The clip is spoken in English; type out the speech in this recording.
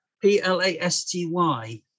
P-L-A-S-T-Y